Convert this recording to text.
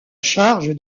charge